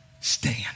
stand